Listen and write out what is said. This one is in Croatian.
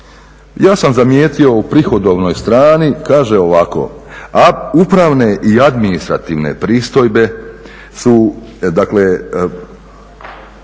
Ja sam zamijetio u prihodovnoj strani, kaže ovako upravne i administrativne pristojbe su, dakle